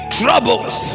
troubles